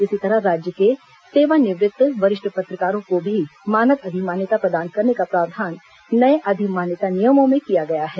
इसी तरह राज्य के सेवानिवृत्त वरिष्ठ पत्रकारों को भी मानद अधिमान्यता प्रदान करने का प्रावधान नये अधिमान्यता नियमों में किया गया है